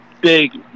Big